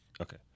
Okay